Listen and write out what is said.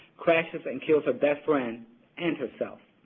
crashes and kills her best friend and herself.